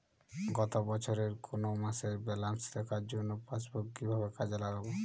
গত বছরের কোনো মাসের ব্যালেন্স দেখার জন্য পাসবুক কীভাবে কাজে লাগাব?